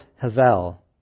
Havel